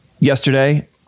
Yesterday